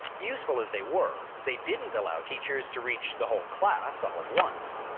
useful as they were, they didn't allow teachers to reach the whole class all at once.